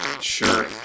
Sure